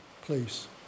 please